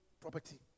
property